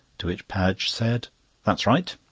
to which padge said that's right,